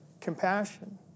compassion